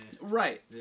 Right